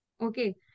Okay